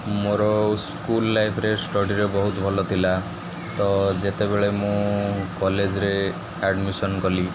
ମୋର ସ୍କୁଲ ଲାଇଫରେ ଷ୍ଟଡିରେ ବହୁତ ଭଲ ଥିଲା ତ ଯେତେବେଳେ ମୁଁ କଲେଜରେ ଆଡମିସନ୍ କଲି